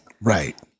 Right